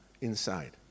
inside